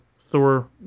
thor